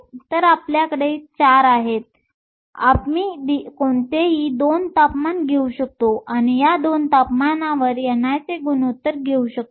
तर आपल्याकडे 4 आहेत आम्ही कोणतेही 2 तापमान घेऊ शकतो आणि या 2 तापमानांवर ni चे गुणोत्तर घेऊ शकतो